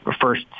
first